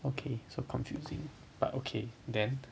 okay so confusing but okay then